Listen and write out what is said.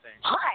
Hi